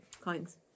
coins